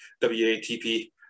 WATP